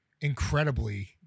incredibly